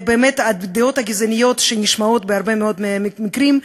והדעות הגזעניות שנשמעות בהרבה מאוד מקרים,